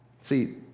See